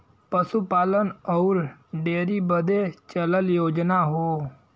पसूपालन अउर डेअरी बदे चलल योजना हौ